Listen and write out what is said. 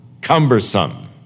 cumbersome